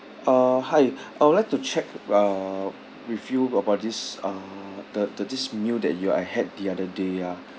uh hi I would like to check uh with you about this uh the the this meal that you I had the other day ah